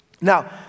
Now